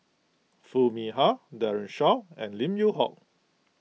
Foo Mee Har Daren Shiau and Lim Yew Hock